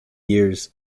years